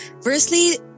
firstly